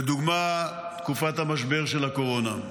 לדוגמה, תקופת המשבר של הקורונה.